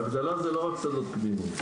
הגדלה זה לא רק שדות קליניים